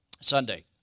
Sunday